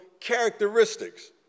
characteristics